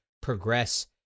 progress